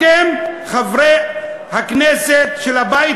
אתם, חברי הכנסת של הבית